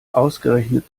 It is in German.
ausgerechnet